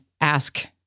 ask